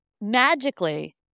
magically